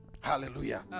Hallelujah